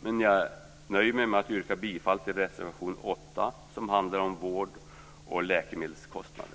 men jag nöjer mig med att yrka bifall till reservation 8 som handlar om vård och läkemedelskostnaderna.